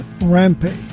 Rampage